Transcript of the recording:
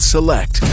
Select